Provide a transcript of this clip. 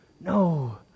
No